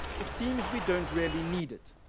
it seems we don't really need it.